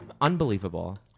unbelievable